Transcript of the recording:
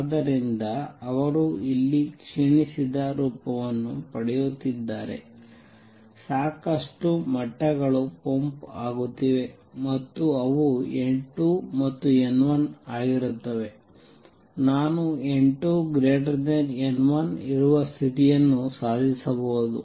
ಆದ್ದರಿಂದ ಅವರು ಇಲ್ಲಿ ಕ್ಷೀಣಿಸಿದ ರೂಪವನ್ನು ಪಡೆಯುತ್ತಿದ್ದಾರೆ ಸಾಕಷ್ಟು ಮಟ್ಟಗಳು ಪಂಪ್ ಆಗುತ್ತಿವೆ ಮತ್ತು ಅವು n2 ಮತ್ತು n1 ಆಗಿರುತ್ತವೆ ನಾನು n2 n1 ಇರುವ ಸ್ಥಿತಿಯನ್ನು ಸಾಧಿಸಬಹುದು